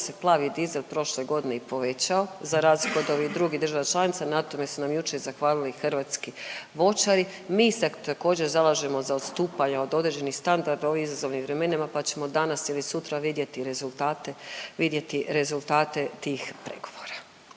se plavi dizel prošle godine i povećao za rad gotovo drugih država članica na tome su nam jučer zahvalili i hrvatski voćari. Mi se također zalažemo za odstupanja od određenih standarda u ovim izazovnim vremenima, pa ćemo danas ili sutra vidjeti rezultate tih pregovora.